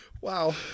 Wow